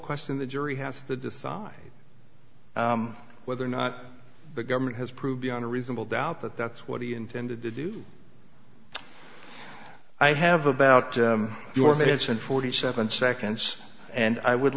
question the jury has to decide whether or not the government has proved beyond a reasonable doubt that that's what he intended to do i have about your marriage and forty seven seconds and i would